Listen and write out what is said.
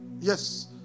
Yes